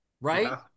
Right